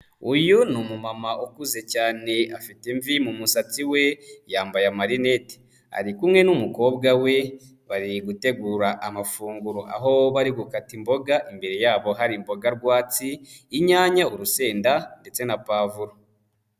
Uyu ni umumama ukuze cyane afite imvi mu musatsi we yambaye amarinete. Ari kumwe n'umukobwa we bari gutegura amafunguro aho bari gukata imboga imbere yabo hari imboga rwatsi, inyanya, urusenda ndetse na pavuro.